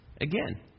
again